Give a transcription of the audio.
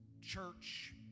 church